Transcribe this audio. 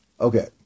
Okay